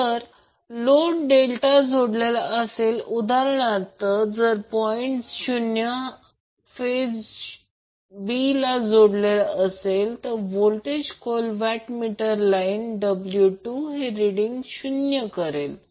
जर load delta जोडलेला असेल उदाहरणार्थ जर पॉइंट o फेज b ला जोडलेला असेल तर voltage coil wattmeter lines W 2 हे 0 रिड करेल